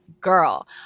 girl